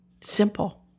Simple